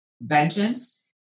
vengeance